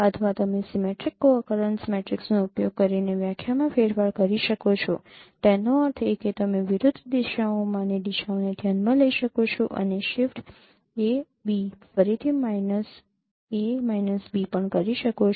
અથવા તમે symmetric co occurrence મેટ્રિક્સનો ઉપયોગ કરીને વ્યાખ્યામાં ફેરફાર કરી શકો છો તેનો અર્થ એ કે તમે વિરુદ્ધ દિશાઓમાંની દિશાઓને ધ્યાનમાં લઈ શકો છો અને શિફ્ટ a b ફરીથી માઈનસ a b પણ કહી શકો છો